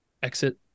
exit